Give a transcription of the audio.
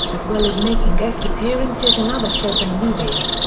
as well as making guest appearances in other shows and movies.